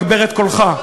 הגבר את קולך.